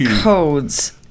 codes